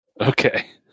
Okay